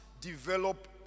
develop